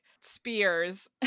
spears